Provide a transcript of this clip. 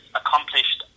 accomplished